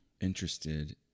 interested